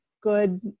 good